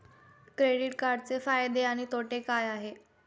Credit कार्डचे फायदे आणि तोटे काय आहेत?